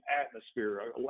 atmosphere